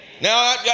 Now